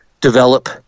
develop